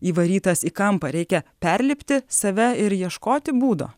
įvarytas į kampą reikia perlipti save ir ieškoti būdo